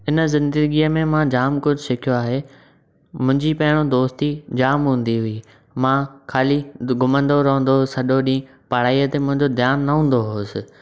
हिन ज़िंदगीअ में मां जाम कुझु सिख्यो आहे मुंहिंजी पंहिरियूं दोस्ती जाम हूंदी हुई मां ख़ाली घुमंदो रहंदो होसि सजो ॾींहुं पढ़ाई ते मुंहिंजो ध्यानु न हूंदो होसि